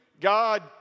God